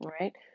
right